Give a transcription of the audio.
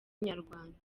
inyarwanda